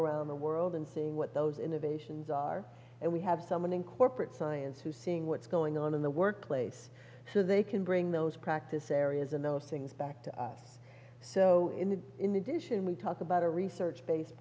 around the world and seeing what those innovations are and we have someone in corporate science who seeing what's going on in the workplace so they can bring those practice areas and those things back to so in addition we talk about a research based